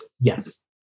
Yes